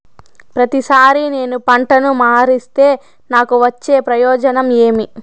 ప్రతిసారి నేను పంటను మారిస్తే నాకు వచ్చే ప్రయోజనం ఏమి?